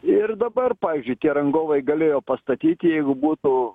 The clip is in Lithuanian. ir dabar pavyzdžiui tie rangovai galėjo pastatyti jeigu būtų